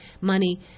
money